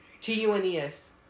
T-U-N-E-S